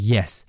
Yes